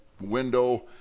window